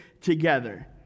together